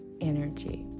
energy